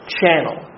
channel